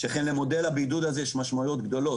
שכן למודל הבידוד הזה יש משמעויות גדולות